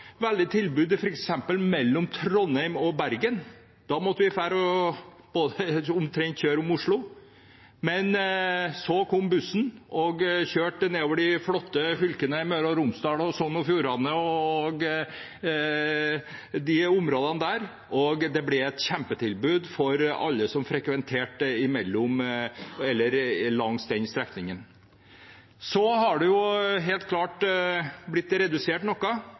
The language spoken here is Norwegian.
veldig godt tilbud for mange. Jeg husker selv at vi ikke hadde noe særlig tilbud mellom f.eks. Trondheim og Bergen. Da måtte vi omtrent kjøre om Oslo. Men så kom bussen og kjørte nedover de flotte fylkene Møre og Romsdal og Sogn og Fjordane, og det ble et kjempetilbud for alle som frekventerte den strekningen. Så er tilbudet helt klart blitt redusert noe,